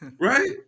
right